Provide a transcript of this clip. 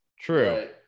True